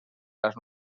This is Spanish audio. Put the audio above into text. las